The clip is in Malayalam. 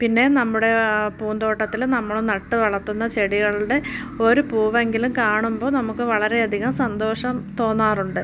പിന്നെ നമ്മുടെ പൂന്തോട്ടത്തിൽ നമ്മൾ നട്ട് വളർത്തുന്ന ചെടികളുടെ ഒരു പൂവെങ്കിലും കാണുമ്പോൾ നമുക്ക് വളരെ അധികം സന്തോഷം തോന്നാറുണ്ട്